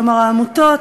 כלומר העמותות,